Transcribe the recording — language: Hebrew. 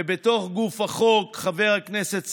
ובתוך גוף החוק, חבר הכנסת סעדי,